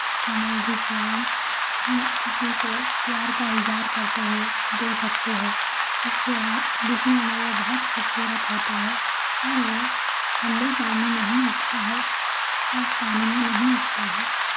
کمل جسے ہم ہم کسی کو پیار کا اظہار کرتے ہوئے دے سکتے ہے اس سے آپ دکھنے میں وہ بہت خوبصورت ہوتا ہے اور وہ گندے پانی میں ہی اگتا ہے صاف پانی میں نہیں اگتا ہے